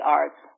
arts